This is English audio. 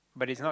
but it's not